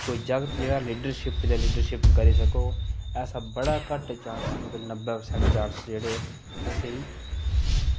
कोई जागत जेह्ड़ा लीडरशिप जां लीडरशिप करी सकग ऐसा बड़ा घट्ट चांस मतलब नब्बै परसेंट चांस जेह्ड़े असें